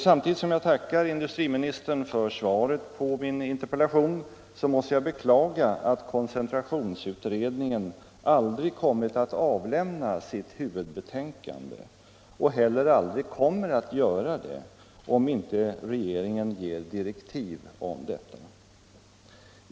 Samtidigt som jag tackar industriministern för svaret på min interpellation måste jag beklaga att koncentrationsutredningen aldrig kommit att avlämna sitt huvudbetänkande och heller aldrig kommer att göra det, om inte regeringen ger direktiv om detta.